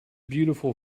beautiful